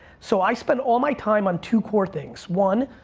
so i spend all my time on two core things. one,